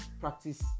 practice